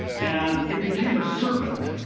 and it became a serpent.